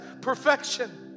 perfection